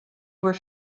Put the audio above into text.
were